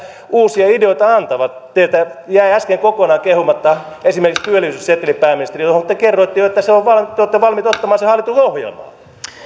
uusia ideoita antaa teiltä jäi äsken kokonaan kehumatta esimerkiksi työllisyysseteli pääministeri josta te kerroitte jo että te olette valmiita ottamaan sen hallitusohjelmaan